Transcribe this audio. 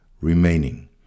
remaining